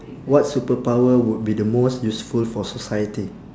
what superpower would be the most useful for society